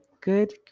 Good